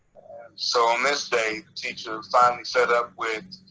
so on this day, the teacher, finally fed up with